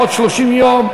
עוד 30 יום,